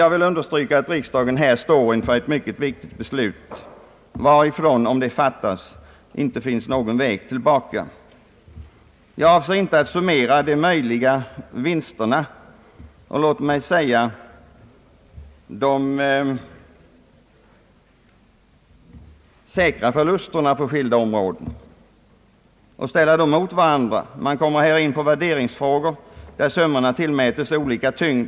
Jag vill understryka att riksdagen här står inför ett mycket viktigt beslut. Om detta beslut fattas, finns sedan ingen väg tillbaka. Jag avser inte att summera de möjliga vinsterna och låt mig säga de säkra förlusterna på skilda områden och ställa dessa mot varandra. Man kommer här till värderingsfrågor, där summorna tillmäts olika tyngd.